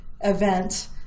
event